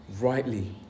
rightly